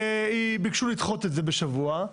וביקשו לדחות את זה בשבוע.